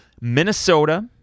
Minnesota